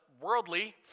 worldly